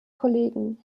kollegen